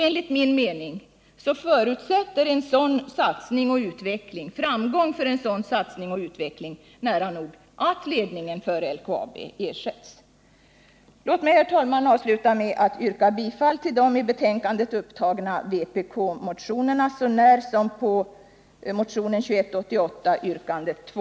Enligt min mening förutsätter en framgång för en sådan satsning och utveckling nära nog att ledningen för LKAB ersätts. Låt mig, herr talman, avsluta med att yrka bifall till de i betänkandet upptagna vpk-motionerna, sånär som på motionen 2188, yrkandet 2.